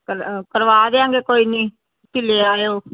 ਕਰ ਕਰਵਾ ਦੇਵਾਂਗੇ ਕੋਈ ਨਹੀਂ ਤੁਸੀਂ ਲੈ ਆਇਓ